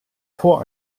vor